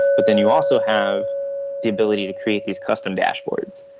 but then you also have the ability to create these custom dashboards.